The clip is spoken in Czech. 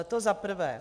To za prvé.